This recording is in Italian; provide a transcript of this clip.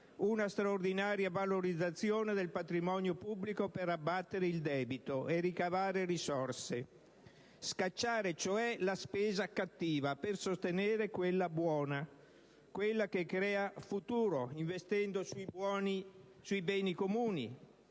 una straordinaria valorizzazione del patrimonio pubblico, per abbattere il debito e ricavare risorse. È necessario insomma scacciare la spesa cattiva per sostenere quella buona, quella che crea futuro, investendo sui beni comuni,